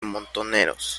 montoneros